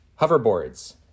hoverboards